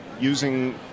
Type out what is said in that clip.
using